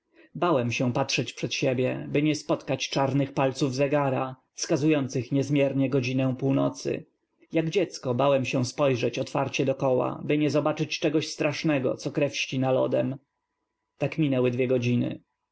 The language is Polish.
bałem się patrzeć przed sie bie by nie spotkać czarnych palców zegara wskazujących niezm iennie godzinę północy jak dziecko bałem się spojrzeć otw arcie do koła by nie zobaczyć czegoś strasznego co krew ścina lodem t ak m inęły dw ie godziny